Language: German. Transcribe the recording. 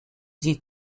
sie